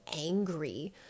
angry